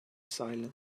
silent